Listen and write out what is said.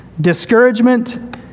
discouragement